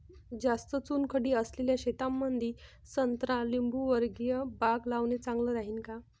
जास्त चुनखडी असलेल्या शेतामंदी संत्रा लिंबूवर्गीय बाग लावणे चांगलं राहिन का?